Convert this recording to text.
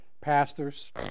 pastors